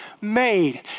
made